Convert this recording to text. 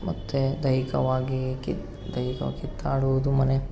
ಮತ್ತೆ ದೈಹಿಕವಾಗಿ ಕಿತ್ ದೈಹಿಕವಾಗಿ ಕಿತ್ತಾಡುವುದು ಮನೆ